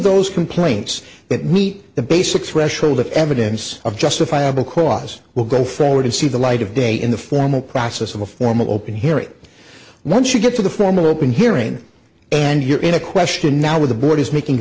those complaints that meet the basic threshold of evidence of justifiable cause will go forward see the light of day in the formal process of a formal open hearing once you get to the formal open hearing and you're in a question now where the board is making